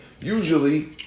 usually